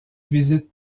visites